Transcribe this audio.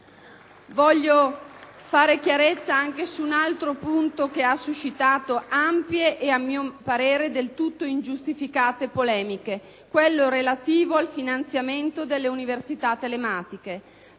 Voglio fare chiarezza anche su un altro punto che ha suscitato ampie e, a mio parere, del tutto ingiustificate polemiche: quello relativo al finanziamento delle università telematiche.